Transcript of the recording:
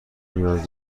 نیاز